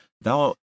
Thou